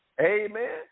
Amen